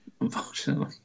unfortunately